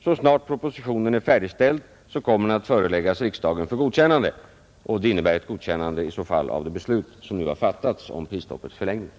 Så snart propositionen är färdigställd kommer den att föreläggas riksdagen för godkännande, och detta innebär i så fall ett godkännande av det beslut som nu har fattats om prisstoppets förlängning.